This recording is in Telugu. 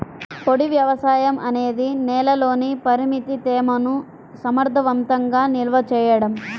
పొడి వ్యవసాయం అనేది నేలలోని పరిమిత తేమను సమర్థవంతంగా నిల్వ చేయడం